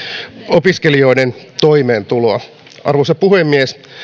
opiskelijoiden toimeentuloa arvoisa puhemies